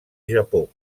japó